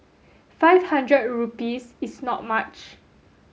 five hundred rupees is not much